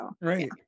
Right